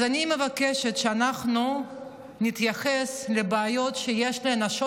אז אני מבקשת שאנחנו נתייחס לבעיות שיש לנשות